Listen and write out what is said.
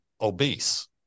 obese